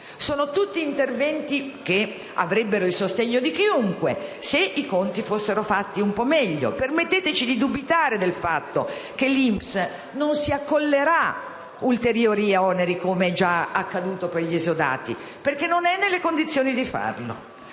Sono tutti interventi che avrebbero il sostegno di chiunque, se i conti fossero fatti un po' meglio. Permetteteci di dubitare del fatto che l'INPS non si accollerà ulteriori oneri, come è già accaduto per gli esodati, perché non è nelle condizioni di farlo.